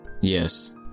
Yes